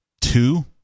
two